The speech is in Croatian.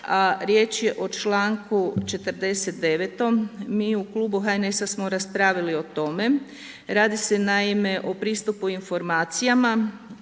riječ je o članku 49. Mi u klubu HNS-a smo raspravili o tome, radi se naime o pristupu informacijama